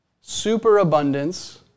superabundance